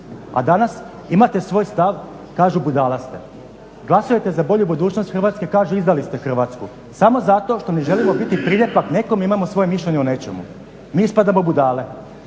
a danas imate svoj stav, kažu budala ste. Glasujete za bolju budućnost Hrvatske, kažu izdali ste Hrvatsku samo zato što ne želimo biti priljepak nekom, imamo svoje mišljenje o nečemu. Mi ispadamo budale